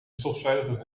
stofzuigen